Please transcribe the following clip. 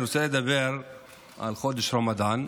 אני רוצה לדבר על חודש הרמדאן.